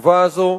החשובה הזאת: